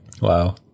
Wow